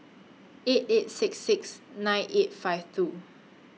eight eight six six nine eight five two